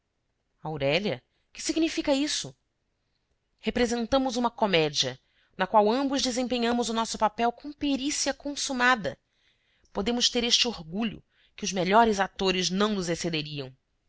aurélia que significa isto representamos uma comédia na qual ambos desempenhamos o nosso papel com perícia consumada podemos ter este orgulho que os melhores atores não nos excederiam